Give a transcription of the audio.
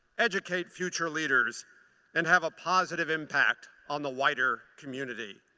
educate future leaders and have a positive impact on the wider community.